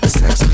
sex